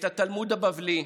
את התלמוד הבבלי,